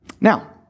Now